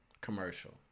Commercial